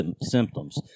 symptoms